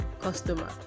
customer